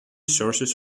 sources